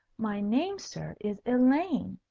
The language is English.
my name, sir, is elaine.